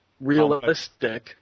realistic